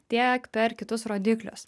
tiek per kitus rodiklius